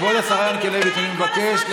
כבוד השרה ינקלביץ', אני מבקש.